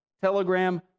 Telegram